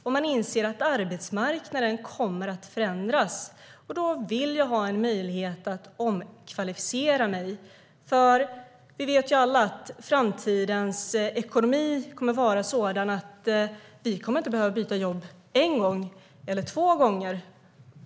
De inser också att arbetsmarknaden kommer att förändras och vill ha möjligheten att omkvalificera sig. Vi vet alla att framtidens ekonomi kommer att vara sådan att vi inte kommer att behöva byta jobb bara en eller två gånger.